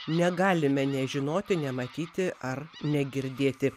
negalime nežinoti nematyti ar negirdėti